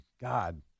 God